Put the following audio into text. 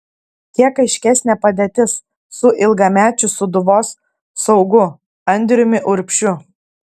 kiek aiškesnė padėtis su ilgamečiu sūduvos saugu andriumi urbšiu